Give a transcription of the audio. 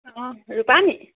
অঁ ৰূপা নি